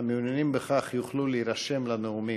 המעוניינים בכך יוכלו להירשם לנאומים.